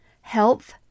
health